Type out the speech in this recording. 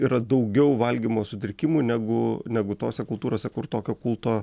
yra daugiau valgymo sutrikimų negu negu tose kultūrose kur tokio kulto